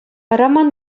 роман